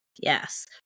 Yes